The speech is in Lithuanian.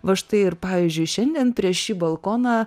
va štai ir pavyzdžiui šiandien prieš šį balkoną